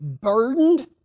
burdened